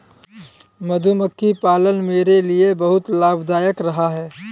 मधुमक्खी पालन मेरे लिए बहुत लाभदायक रहा है